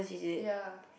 ya